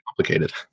complicated